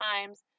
times